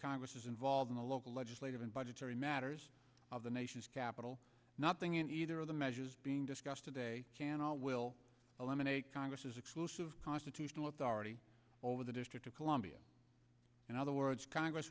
congress is involved in the local legislative and budgetary matters of the nation's capital nothing in either of the measures being discussed today can all will eliminate congress's exclusive constitutional authority over the district of columbia and other words congress